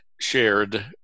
shared